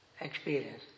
experience